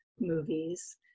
movies